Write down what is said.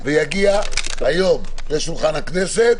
ויגיע היום לשולחן הכנסת.